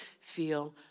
feel